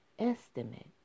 Estimate